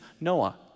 Noah